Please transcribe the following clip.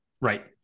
Right